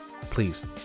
please